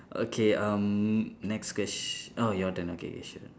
okay um next quest~ oh your turn okay sure